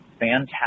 fantastic